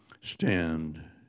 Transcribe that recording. stand